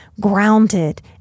grounded